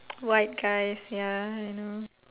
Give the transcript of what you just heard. white guys ya I know